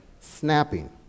snapping